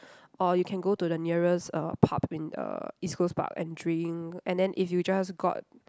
or you can go to the nearest uh pub in uh East-Coast-Park and drink and then if you just got